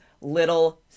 Little